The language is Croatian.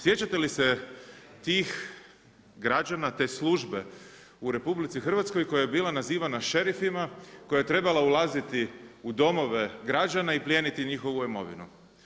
Sjećate li se tih građana, te službe u RH koja je bila nazivana šerifima koja je trebala ulaziti u domove građana i plijeniti njihovu imovinu.